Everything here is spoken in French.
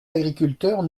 agriculteurs